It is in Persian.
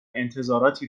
انتظاراتی